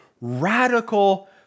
radical